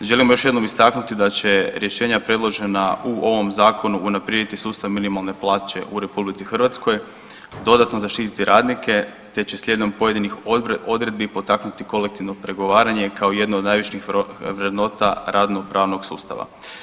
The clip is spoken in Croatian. Želimo još jednom istaknuti da će rješenja predložena u ovom zakonu unaprijediti sustav minimalne plaće u RH, dodatno zaštiti radnike te će slijedom pojedinih odredbi potaknuti kolektivno pregovaranje kao jedno od najviših vrednota radno pravnog sustava.